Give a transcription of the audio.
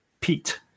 Pete